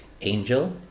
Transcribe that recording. Angel